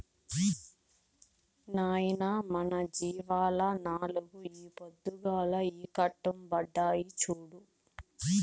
నాయనా మన జీవాల్ల నాలుగు ఈ పొద్దుగాల ఈకట్పుండాయి చూడు